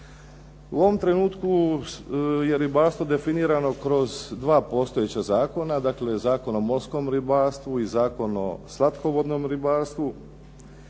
U ovom trenutku je ribarstvo definirano kroz dva postojeća zakona, dakle Zakon o morskom ribarstvu i Zakon o slatkovodnom ribarstvu.